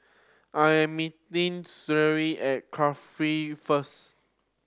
I am meeting Sherry at Cardifi first